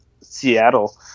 Seattle